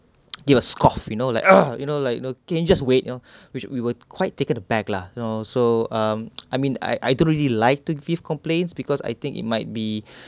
it was scoff you know like ugh you know like you know can you just wait you know which we were quite taken aback lah you know so um I mean I I don't really like to give complaints because I think it might be